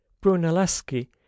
brunelleschi